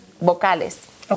vocales